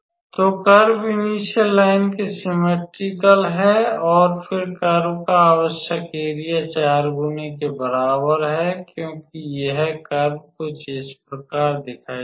तो curve initial line के symmetric है और फिर कर्व का आवश्यक एरिया 4 गुना के बराबर है क्योंकि यह कर्व कुछ इस प्रकार का दिखाई देगा